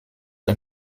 ein